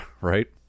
right